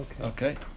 Okay